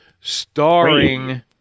starring